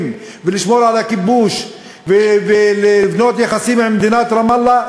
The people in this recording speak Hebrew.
ולשמור על הכיבוש ולבנות יחסים עם מדינת רמאללה,